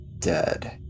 dead